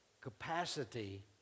capacity